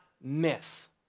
miss